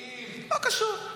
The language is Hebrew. לא קשור.